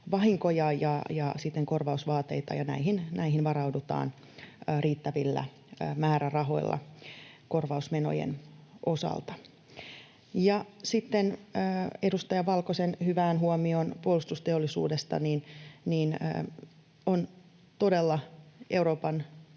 vahinkoja ja siten korvausvaateita, ja näihin varaudutaan riittävillä määrärahoilla korvausmenojen osalta. Ja sitten edustaja Valkosen hyvään huomioon puolustusteollisuudesta. On todella Euroopan